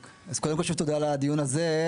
קודם כל שוב תודה על הדיון הזה.